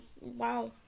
wow